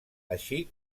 així